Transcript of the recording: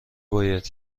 باید